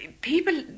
People